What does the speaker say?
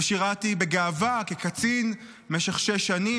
ושירתי בגאווה כקצין משך שש שנים,